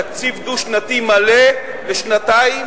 תקציב דו-שנתי מלא לשנתיים,